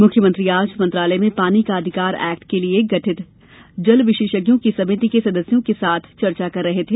मुख्यमंत्री आज मंत्रालय में पानी का अधिकार एक्ट के लिए गठित जल विशेषज्ञों की समिति के सदस्यों के साथ चर्चा कर रहे थे